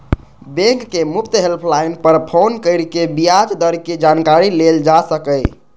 बैंकक मुफ्त हेल्पलाइन पर फोन कैर के ब्याज दरक जानकारी लेल जा सकैए